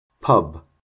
Pub